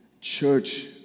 church